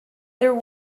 there